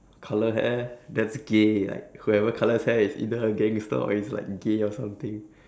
colour hair that's gay like whoever colours hair is either a gangster or is like gay or something